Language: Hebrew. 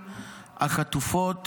החטופות,